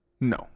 No